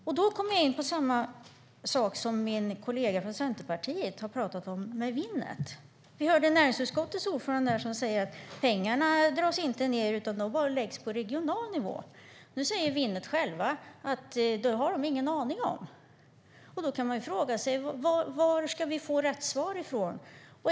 Därmed kommer jag in på samma sak som min kollega från Centerpartiet har pratat om, nämligen Winnet. Vi hörde näringsutskottets ordförande säga att det inte dras ned någonting, utan pengarna läggs bara på regional nivå. Nu säger Winnet själva att det har de ingen aning om. Då kan man fråga sig vem som har rätt svar.